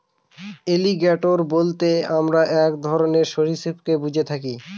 alligator বলতে আমরা এক ধরনের সরীসৃপকে বুঝে থাকি